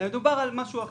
מדובר על משהו אחר.